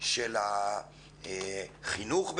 של החינוך,